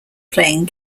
playing